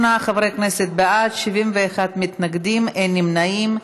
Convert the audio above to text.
38 חברי כנסת בעד, 71 מתנגדים, אין נמנעים.